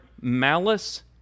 malice